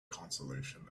consolation